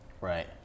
Right